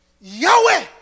Yahweh